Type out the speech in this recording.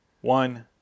one